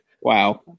Wow